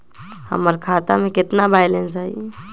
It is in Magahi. हमर खाता में केतना बैलेंस हई?